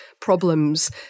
problems